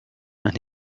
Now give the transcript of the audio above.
and